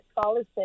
scholarship